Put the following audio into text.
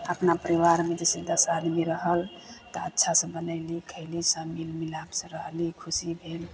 अपना परिवारमे जइसे दस आदमी रहल तऽ अच्छा से बनेली खएली सभ मिलि मिलापसँ रहली खुशी भेल